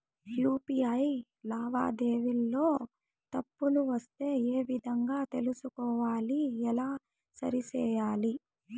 UPI లావాదేవీలలో తప్పులు వస్తే ఏ విధంగా తెలుసుకోవాలి? ఎలా సరిసేయాలి?